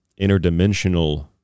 interdimensional